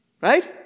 right